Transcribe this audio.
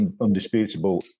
undisputable